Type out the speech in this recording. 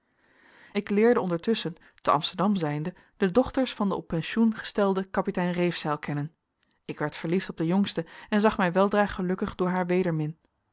ik leerde ondertusschen te amsterdam zijnde de dochters van den op pensioen gestelden kapitein reefzeil kennen ik werd verliefd op de jongste en zag mij weldra gelukkig door haar wedermin